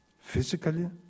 physically